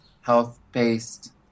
health-based